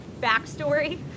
backstory